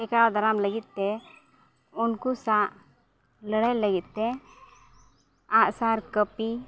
ᱴᱮᱠᱟᱣ ᱫᱟᱨᱟᱢ ᱞᱟᱹᱜᱤᱫ ᱛᱮ ᱩᱱᱠᱩ ᱥᱟᱣ ᱞᱟᱹᱲᱦᱟᱹᱭ ᱞᱟᱹᱜᱤᱫᱼᱛᱮ ᱟᱜᱼᱥᱟᱨ ᱠᱟᱹᱯᱤ